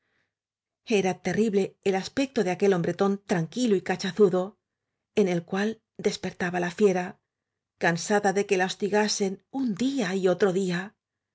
era terrible el aspecto de aquel hombretón tranquilo y cachazudo en el cual desper taba la fiera cansada de que la hostigasen uní día y otro día